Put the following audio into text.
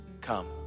Come